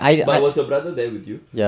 but was your brother there with you